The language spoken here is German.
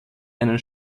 einen